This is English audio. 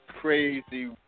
crazy